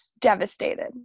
devastated